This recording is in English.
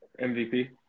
MVP